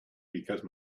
because